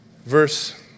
verse